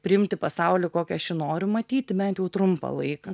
priimti pasaulį kokį aš jį noriu matyti bent jau trumpą laiką